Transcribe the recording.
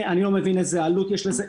אני לא מבין איזו עלות יש לזה.